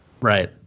right